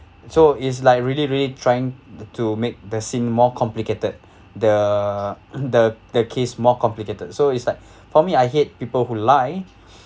so is like really really trying to make the scene more complicated the the the case more complicated so it's like for me I hate people who lie